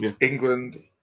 England